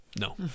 no